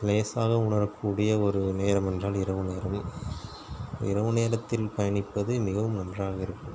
லேசாக உணரக்கூடிய ஒரு நேரம் என்றால் அது இரவு நேரம் இரவு நேரத்தில் பயணிப்பது மிகவும் நன்றாக இருக்கும்